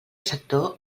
sector